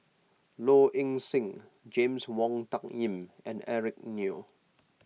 Low Ing Sing James Wong Tuck Yim and Eric Neo